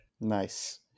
nice